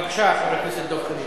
בבקשה, חבר הכנסת דב חנין.